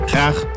Graag